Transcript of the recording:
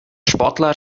sportler